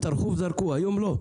טרחו וזרקו; היום לא,